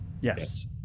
yes